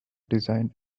design